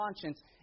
conscience